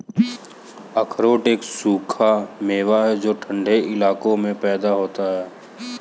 अखरोट एक सूखा मेवा है जो ठन्डे इलाकों में पैदा होता है